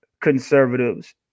conservatives